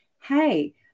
hey